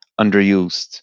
underused